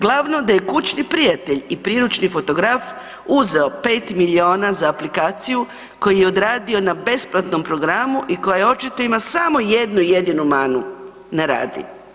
Glavno da je kućni prijatelj i priručni fotograf uzeo 5 miliona za aplikaciju koju je odradio na besplatnom programu i koja očito ima samo jednu jedinu manu, ne radi.